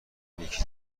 نیکی